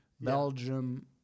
Belgium